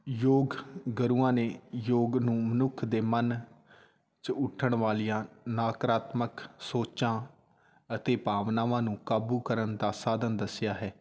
ਯੋਗ ਗੁਰੂਆਂ ਨੇ ਯੋਗ ਨੂੰ ਮਨੁੱਖ ਦੇ ਮਨ 'ਚ ਉੱਠਣ ਵਾਲੀਆਂ ਨਾਕਰਾਤਮਕ ਸੋਚਾਂ ਅਤੇ ਭਾਵਨਾਵਾਂ ਨੂੰ ਕਾਬੂ ਕਰਨ ਦਾ ਸਾਧਨ ਦੱਸਿਆ ਹੈ